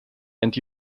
and